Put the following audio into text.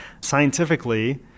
Scientifically